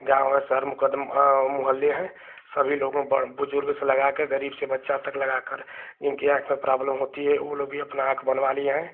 गाँव या शहर मुकद मोहल्ले हैं सभी लोगों बड़े बुज़ुर्ग से लगाकर गरीब से बच्चा तक लगाकर जिनकी आँख में प्रॉब्लम होती है वह लोग भी अपनी आँख बनवा लिए हैं